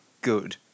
good